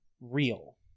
real